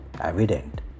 evident